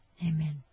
Amen